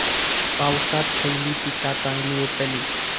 पावसात खयली पीका चांगली येतली?